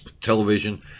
television